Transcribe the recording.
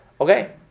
Okay